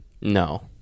no